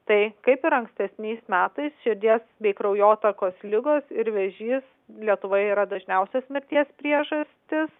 tai kaip ir ankstesniais metais širdies bei kraujotakos ligos ir vėžys lietuvoje yra dažniausios mirties priežastys